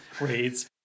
reads